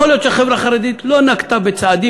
יכול להיות שהחברה החרדית לא נקטה צעדים